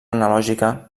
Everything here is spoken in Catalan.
analògica